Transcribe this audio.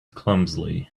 clumsily